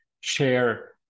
share